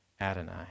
Adonai